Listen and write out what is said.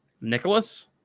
Nicholas